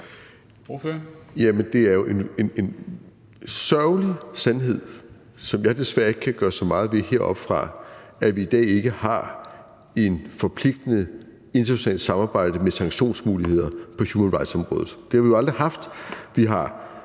det er jo en sørgelig sandhed, som jeg desværre ikke kan gøre så meget ved heroppefra, at vi i dag ikke har et forpligtende internationalt samarbejde med sanktionsmuligheder på human rights-området. Det har vi jo aldrig haft.